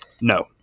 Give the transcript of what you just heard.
No